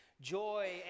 Joy